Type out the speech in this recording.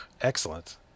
Excellent